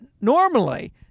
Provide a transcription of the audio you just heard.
normally